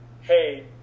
hey